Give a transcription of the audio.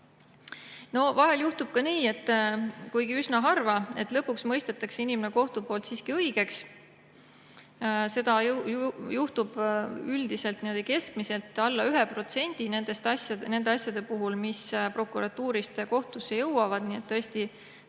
Vahel juhtub ka nii, kuigi üsna harva, et lõpuks mõistetakse inimene kohtu poolt siiski õigeks. Seda juhtub üldiselt keskmiselt alla 1% nende asjade puhul, mis prokuratuurist kohtusse jõuavad, nii et tõesti